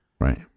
right